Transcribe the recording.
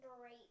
Great